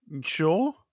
Sure